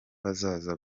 bazaza